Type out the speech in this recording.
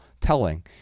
telling